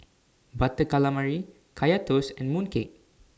Butter Calamari Kaya Toast and Mooncake